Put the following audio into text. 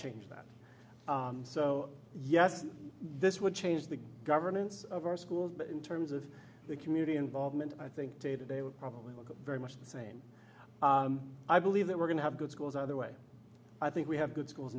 change that so yes this would change the governance of our schools but in terms of the community involvement i think probably look very much the same i believe that we're going to have good schools either way i think we have good schools